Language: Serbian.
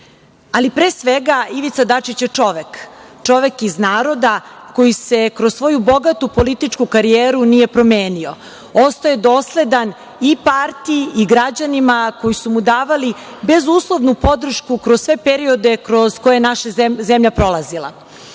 ali, pre svega, Ivica Dačić je čovek, čovek iz naroda koji se kroz svoju bogatu političku karijeru nije promenio. Ostao je dosledan i partiji i građanima koji su mu davali bezuslovnu podršku kroz sve periode kroz koje je naša zemlja prolazila. Svedoci